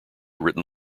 written